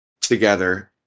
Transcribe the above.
together